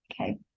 okay